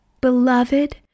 Beloved